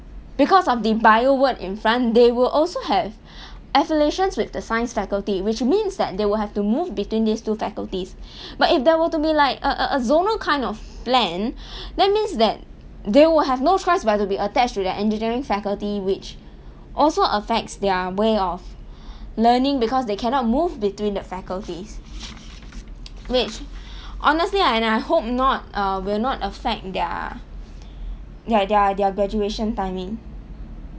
because of the bio word in front they will also have affiliations with the science faculty which means that they will have to move between these two faculties but if there were to be like a a a zonal kind of plan that means that they will have no choice but to be attached to the engineering faculty which also affects their way of learning because they cannot move between the faculties which honestly and I hope not uh will not affect their their their their graduation timing